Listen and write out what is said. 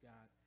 God